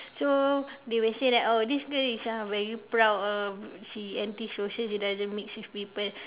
so they will say that oh this girl is uh very proud ah she antisocial she doesn't mix with people